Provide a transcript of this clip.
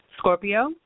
Scorpio